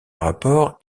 rapport